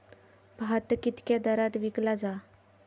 भात कित्क्या दरात विकला जा?